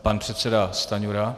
Pan předseda Stanjura.